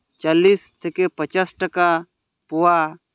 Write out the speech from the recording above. ᱪᱚᱞᱤᱥ ᱛᱷᱮᱠᱮ ᱯᱚᱪᱟᱥ ᱴᱟᱠᱟ ᱯᱚᱣᱟ